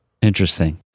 Interesting